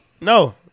No